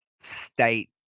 state